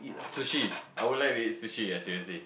sushi I would like to eat sushi ah seriously